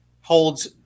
holds